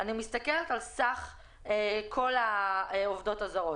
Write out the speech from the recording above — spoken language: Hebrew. אני מסתכלת על סך כל העובדות הזרות.